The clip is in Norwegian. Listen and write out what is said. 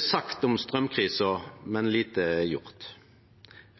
sagt om straumkrisa, men lite er gjort.